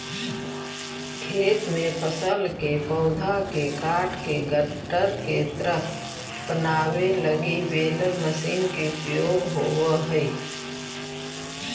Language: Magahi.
खेत में फसल के पौधा के काटके गट्ठर के तरह बनावे लगी बेलर मशीन के उपयोग होवऽ हई